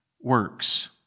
works